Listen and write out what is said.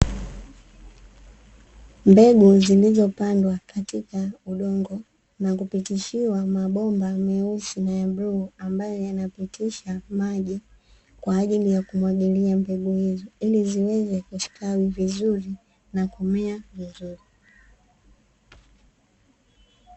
Mbegu zilizopandwa katika udongo na kupitishiwa mabomba meusi na ya bluu, ambayo yanapitisha maji kwa ajili ya kumwagilia mbegu hizo ili ziweze kustawi vizuri na kumea vizuri.